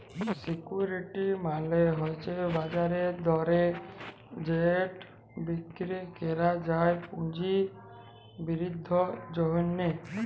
security মালে হছে বাজার দরে যেট বিক্কিরি ক্যরা যায় পুঁজি বিদ্ধির জ্যনহে